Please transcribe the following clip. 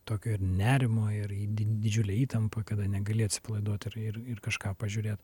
tokio nerimo ir į di didžiulę įtampą kada negali atsipalaiduot ir ir ir kažką pažiūrėt